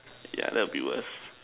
yeah that would be worst